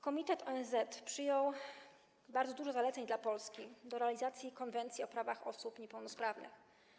Komitet ONZ przyjął bardzo dużo zaleceń dla Polski do realizacji Konwencji o prawach osób niepełnosprawnych.